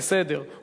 בסדר,